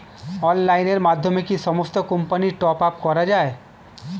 অনলাইনের মাধ্যমে কি সমস্ত কোম্পানির টপ আপ করা যায়?